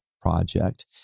Project